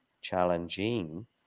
challenging